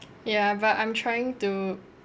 ya but I'm trying to